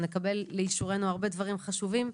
נקבל לאישורנו הרבה דברים חשובים,